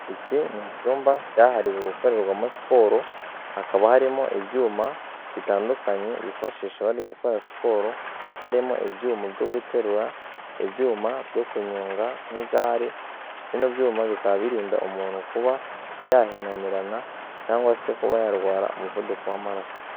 Iki n'icyumba cyahariwe gukorerwamo siporo hakaba harimo ibyuma bitandukanye bifashisha bari gukora siporo harimo ibyuma byo guterura, ibyuma byo kunyonga nk'igare, bino byuma bikaba birinda umuntu kuba yahinamirana cyangwa se kuba yarwara umuvuduko w'amaraso.